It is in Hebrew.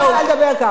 אני לא יכולה לדבר כך.